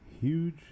huge